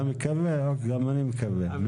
אתה מקווה, גם אני מקווה.